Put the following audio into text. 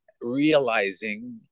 realizing